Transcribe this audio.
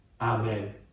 amen